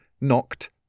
knocked